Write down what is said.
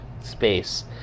space